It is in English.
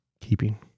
keeping